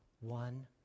one